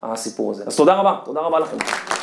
הסיפור הזה. אז תודה רבה, תודה רבה לכם.